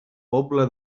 pobla